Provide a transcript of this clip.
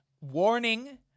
warning